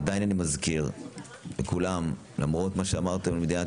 אני עדיין מזכיר לכולם למרות מה שאמרתם על מדינת